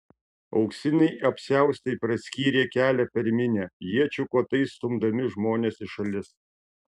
auksiniai apsiaustai praskyrė kelią per minią iečių kotais stumdami žmones į šalis